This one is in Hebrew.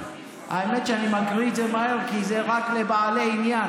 האמת היא שאני מקריא את זה מהר כי זה רק לבעלי עניין,